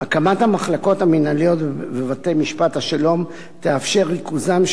הקמת המחלקות המינהליות בבתי-משפט השלום תאפשר ריכוזם של